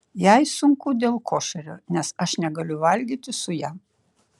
jai sunku dėl košerio nes aš negaliu valgyti su ja